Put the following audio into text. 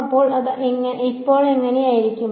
അപ്പോൾ അത് ഇപ്പോൾ എങ്ങനെയിരിക്കും